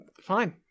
Fine